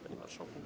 Panie Marszałku!